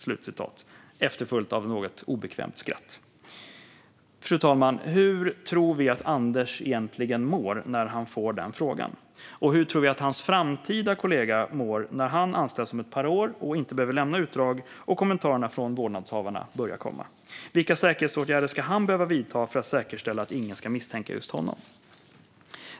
Kommentaren följdes av ett obekvämt skratt. Fru talman! Hur tror vi att Anders egentligen mår när han får den frågan? Och hur tror vi att hans framtida kollega mår när han anställs om ett par år och inte behöver lämna utdrag och kommentarerna från vårdnadshavarna börja komma? Vilka säkerhetsåtgärder ska han behöva vidta för att säkerställa att ingen ska misstänka just honom?